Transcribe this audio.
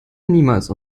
niemals